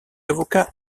avocat